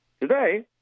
Today